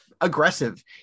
aggressive